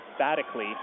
emphatically